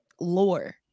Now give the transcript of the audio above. lore